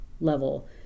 level